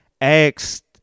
asked